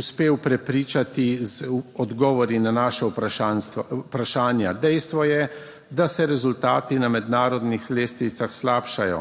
uspel prepričati z odgovori na naša vprašanj vprašanja. Dejstvo je, da se rezultati na mednarodnih lestvicah slabšajo,